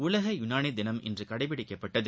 உலக யுனானி தினம் இன்று கடைப்பிடிக்கப்பட்டது